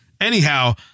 Anyhow